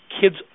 kids